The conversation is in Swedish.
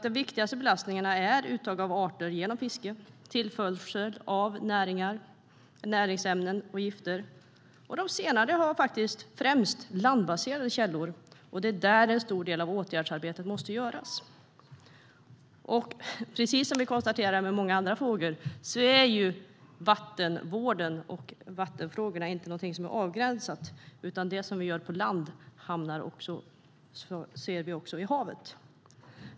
De viktigaste belastningarna är uttag av arter genom fiske samt tillförsel av näringsämnen och gifter. De senare har faktiskt främst landbaserade källor, och det är där en stor del av åtgärdsarbetet måste göras. Precis som är fallet i många andra frågor är vattenvården och vattenfrågorna inte någonting som är avgränsat, utan det som vi gör på land kommer vi också att se i havet.